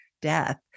death